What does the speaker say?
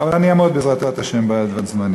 אבל אני אעמוד, בעזרת השם, בזמנים.